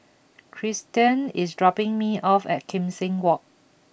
Tristian is dropping me off at Kim Seng Walk